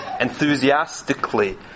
enthusiastically